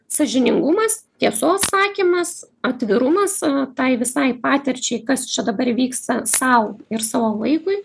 sąžiningumas tiesos sakymas atvirumas tai visai patirčiai kas čia dabar vyksta sau ir savo vaikui